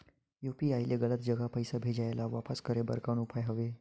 UPI ले गलत जगह पईसा भेजाय ल वापस करे बर कौन उपाय हवय?